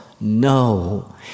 No